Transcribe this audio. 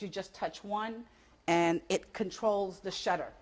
you just touch one and it controls the shutter